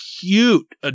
cute